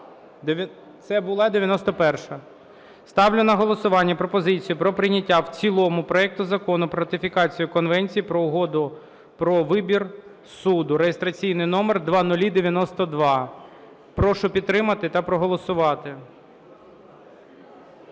Це була 91-а. Ставлю на голосування пропозицію про прийняття в цілому проекту Закону про ратифікацію Конвенції про угоду про вибір суду (реєстраційний номер 0092). Прошу підтримати та проголосувати.